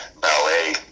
ballet